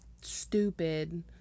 stupid